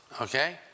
okay